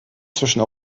zwischen